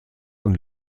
und